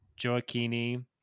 Joachini